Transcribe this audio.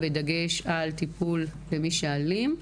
בדגש על טיפול במי שאלים.